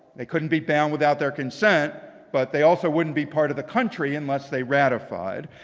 they couldn't be bound without their consent. but they also wouldn't be part of the country unless they ratified.